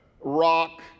rock